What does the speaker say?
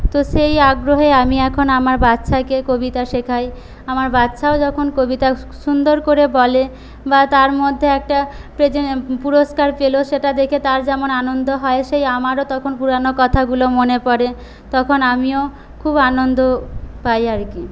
তো সেই আগ্রহে আমি এখন আমার বাচ্চাকে কবিতা শেখাই আমার বাচ্চাকেও যখন কবিতা সুন্দর করে বলে বা তার মধ্যে একটা পুরস্কার পেল সেটা দেখে তার যেমন আনন্দ হয় সেই আমারও তখন পুরানো কথাগুলো মনে পরে তখন আমিও খুব আনন্দ পাই আর কি